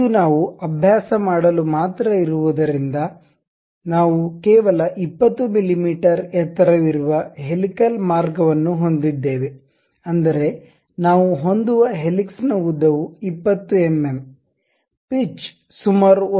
ಇದು ನಾವು ಅಭ್ಯಾಸ ಮಾಡಲು ಮಾತ್ರ ಇರುವದರಿಂದ ನಾವು ಕೇವಲ 20 ಮಿಮೀ ಎತ್ತರವಿರುವ ಹೆಲಿಕಲ್ ಮಾರ್ಗವನ್ನು ಹೊಂದಿದ್ದೇವೆ ಅಂದರೆ ನಾವು ಹೊಂದುವ ಹೆಲಿಕ್ಸ್ನ ಉದ್ದವು 20 ಎಂಎಂ ಪಿಚ್ ಸುಮಾರು 1